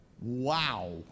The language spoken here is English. Wow